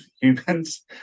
humans